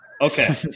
Okay